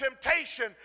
temptation